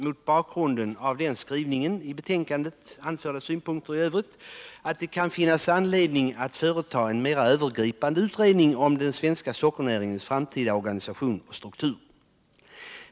Mot bakgrunden av denna skrivning i betänkandet och anförda synpunkter i övrigt nöjer sig utskottet med att säga att det finns anledning att företa en mera övergripande utredning om den svenska sockernäringens framtida organisation och struktur.